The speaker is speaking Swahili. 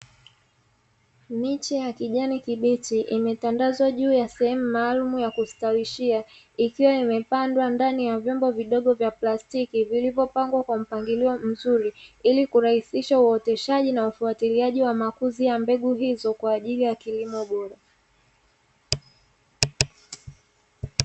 Miche ya kijani kibichi imetandazwa juu ya sehemu maalumu ya kustawishia. Ikiwa imepandwa ndani vya vyombo vidogo vya plastiki vilivyopangwa kwa mpangilio mzuri, ili kurahisisha uoteshaji na ufuatilaji wa makuzi ya mbegu hizo kwa ajili ya kilimo bora.